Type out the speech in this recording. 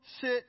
sit